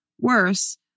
Worse